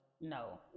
no